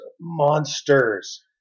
monsters